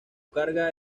carga